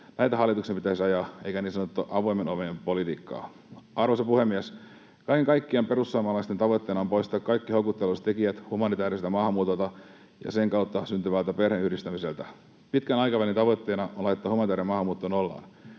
Näitä hallituksen pitäisi ajaa eikä niin sanottua avoimen oven politiikkaa. Arvoisa puhemies! Kaiken kaikkiaan perussuomalaisten tavoitteena on poistaa kaikki houkuttelevuustekijät humanitääriseltä maahanmuutolta ja sen kautta syntyvältä perheenyhdistämiseltä. Pitkän aikavälin tavoitteena on laittaa humanitäärinen maahanmuutto nollaan.